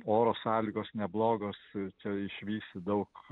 oro sąlygos neblogos čia išvysi daug